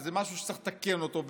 וזה משהו שצריך לתקן אותו,